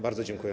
Bardzo dziękuję.